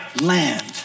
land